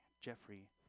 Jeffrey